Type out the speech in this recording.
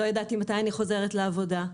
לא ידעתי מתי אני חוזרת לעבודה.